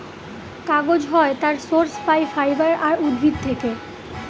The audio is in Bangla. কাগজ হয় তার সোর্স পাই ফাইবার আর উদ্ভিদ থেকে